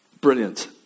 Brilliant